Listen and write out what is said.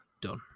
Done